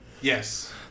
Yes